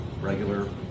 regular